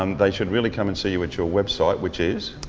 um they should really come and see you at your web site, which is?